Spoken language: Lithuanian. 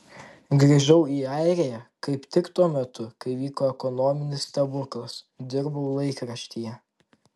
grįžau į airiją kaip tik tuo metu kai vyko ekonominis stebuklas dirbau laikraštyje